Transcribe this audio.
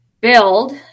build